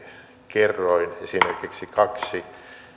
kerroin esimerkiksi kaksi